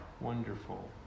wonderful